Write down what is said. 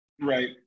Right